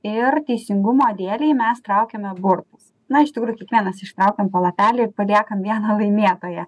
ir teisingumo dėlei mes traukiame burtus na iš tikrųjų kiekvienas ištraukiam po lapelį ir paliekam vieną laimėtoją